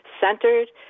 centered